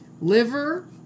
Liver